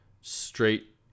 straight